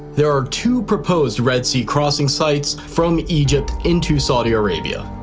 there are two proposed red sea crossing sites from egypt into saudi arabia.